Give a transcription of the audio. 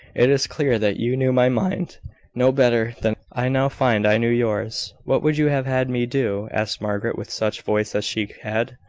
it is clear that you knew my mind no better than i now find i knew yours. what would you have had me do? asked margaret, with such voice as she had.